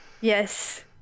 Yes